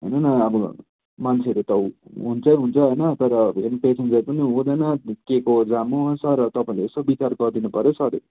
हेर्नु न अब मान्छेहरू त हुन्छै हुन्छ होइन तर फेरि पेसेन्जर पनि हुँदैन के को जाम हो सर तपाईँहरूले यसो विचार गरिदिनु पऱ्यो सर